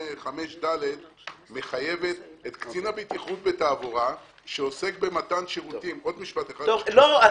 585ד מחייבת את קצין הבטיחות בתעבורה שעוסק במתן שירותים- - לא.